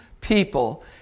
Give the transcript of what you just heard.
people